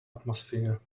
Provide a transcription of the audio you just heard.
atmosphere